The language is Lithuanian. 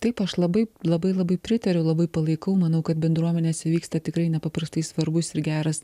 taip aš labai labai labai pritariu labai palaikau manau kad bendruomenėse vyksta tikrai nepaprastai svarbus ir geras